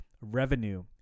revenue